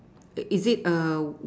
is it a